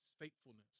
faithfulness